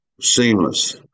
seamless